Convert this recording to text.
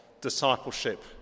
discipleship